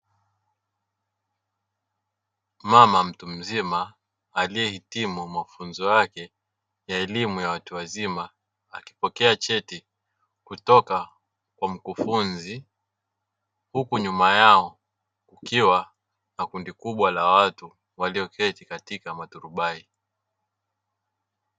Mama mtu mzima aliyehitimua mafunzo yake ya elimu ya watu wazima akipokea cheti kutoka kwa mkufunzi, huku nyuma yao kukiwa na kundi kubwa la watu walioketi katika maturubali.